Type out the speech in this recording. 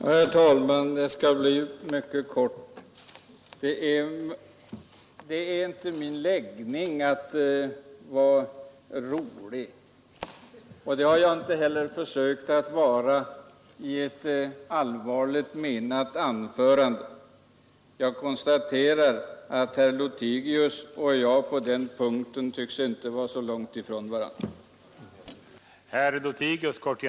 Herr talman! Jag skall fatta mig mycket kort. Det är inte min läggning att vara rolig, och det har jag inte heller försökt vara i ett allvarligt menat anförande. Jag konstaterar att herr Lothigius och jag på den punkten inte tycks vara så långt ifrån varandra.